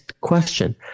question